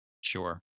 Sure